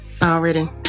Already